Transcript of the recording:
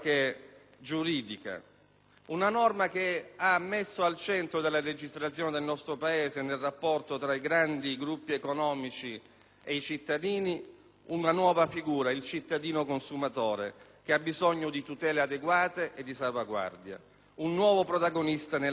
una norma che ha messo al centro della legislazione del nostro Paese, nel rapporto tra i grandi gruppi economici ed i cittadini, una nuova figura, il cittadino consumatore, che ha bisogno di tutele adeguate e di salvaguardia: un nuovo protagonista nella vita nel Paese.